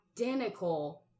identical